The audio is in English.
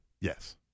Yes